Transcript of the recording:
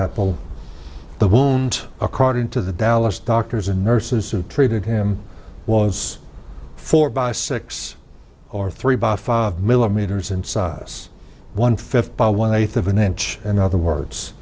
apple the wound according to the dallas doctors and nurses who treated him was four by six or three by five millimeters in size one fifth by one eighth of an inch in other words